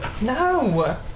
No